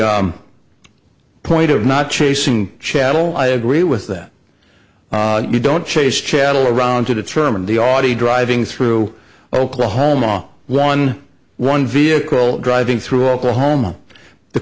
point of not chasing chattel i agree with that we don't chase chattel around to determine the audi driving through oklahoma one one vehicle driving through oklahoma the